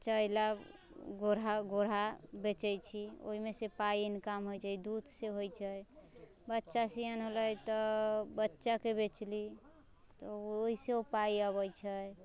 गोरहा गोरहा बेचै छी ओइमे सँ पाइ इनकम होइ छै दूधसँ होइ छै बच्चा सयान होलै तऽ बच्चाके बेचली तऽ ओइसँ उ पाइ अबै छै